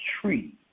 tree